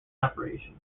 operation